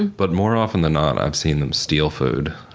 but more often than not, i've seen them steal food.